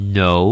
no